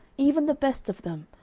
even the best of them,